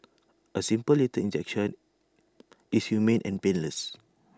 A simple lethal injection is humane and painless